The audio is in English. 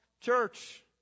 church